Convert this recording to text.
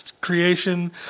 creation